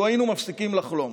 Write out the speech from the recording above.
לו היינו מפסיקים לחלום.